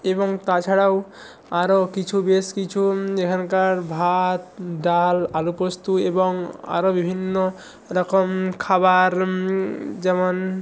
এবং তাছাড়াও আরও কিছু বেশ কিছু এখানকার ভাত ডাল আলু পোস্ত এবং আরও বিভিন্ন এরকম খাবার যেমন